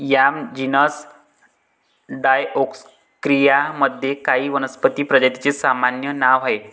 yam genus Dioscorea मध्ये काही वनस्पती प्रजातींचे सामान्य नाव आहे